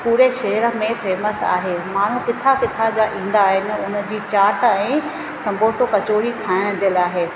पूरे शहर में फेमस आहे माण्हू किथां किथां जा ईंदा आहिनि उन जी चाट ऐं संबोसो कचोड़ी खाइण जे लाइ